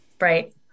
right